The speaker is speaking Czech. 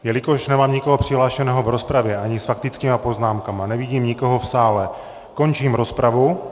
Jelikož nemám nikoho přihlášeného v rozpravě ani s faktickými poznámkami, nevidím nikoho v sále, končím rozpravu.